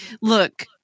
look